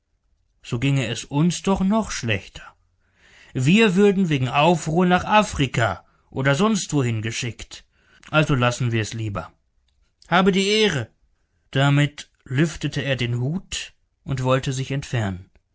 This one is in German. so ginge es uns doch noch schlechter wir würden wegen aufruhr nach afrika oder sonstwohin geschickt also lassen wir's lieber habe die ehre damit lüftete er den hut und wollte sich entfernen